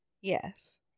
Yes